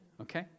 okay